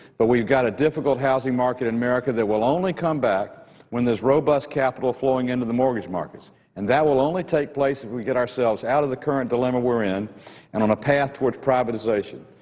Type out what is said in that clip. but we've got a difficult housing market in america that will only come back when this robust capital flowing into the mortgage markets and that will only take place if we get ourselves out of the current dilemma we're in and on a path towards privatization.